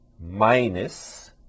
minus